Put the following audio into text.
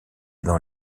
dans